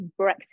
Brexit